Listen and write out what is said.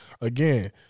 Again